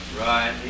Right